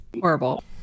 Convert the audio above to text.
Horrible